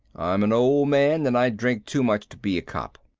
i am an old man and i drink too much to be a cop.